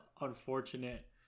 unfortunate